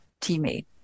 teammate